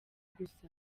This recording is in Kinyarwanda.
gusa